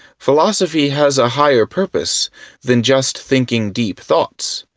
philosophy has a higher purpose than just thinking deep thoughts.